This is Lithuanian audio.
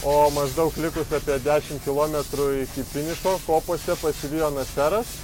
o maždaug likus apie dešim kilometrų iki finišo kopose pasivijo naseras